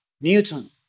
Newton